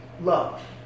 love